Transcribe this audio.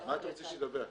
מה אתה רוצה שידווח?